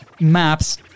maps